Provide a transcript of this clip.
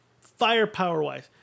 firepower-wise